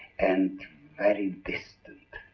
and very distant.